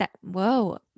whoa